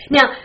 Now